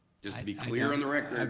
just to be clear on the record,